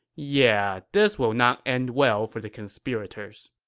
yeah, this will not end well for the conspirators